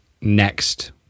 next